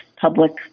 public